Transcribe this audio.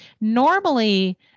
normally